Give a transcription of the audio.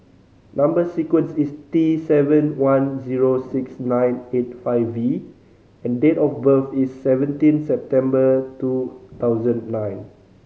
number sequence is T seven one zero six nine eight five V and date of birth is seventeen September two thousand and nine